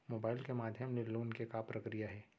Mobile के माधयम ले लोन के का प्रक्रिया हे?